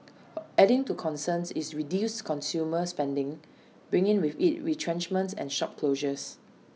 adding to concerns is reduced consumer spending bringing with IT retrenchments and shop closures